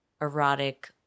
erotic –